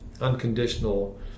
unconditional